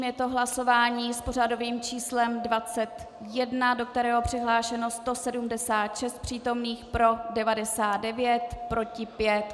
Je to hlasování s pořadovým číslem 21, do kterého je přihlášeno 176 přítomných, pro 99, proti 5.